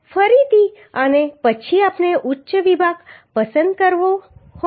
ફરીથી અને પછી આપણે ઉચ્ચ વિભાગ પસંદ કરવો પડશે